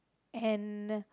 and